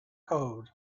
cold